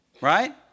Right